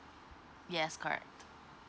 yes correct